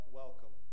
welcome